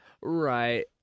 Right